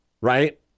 right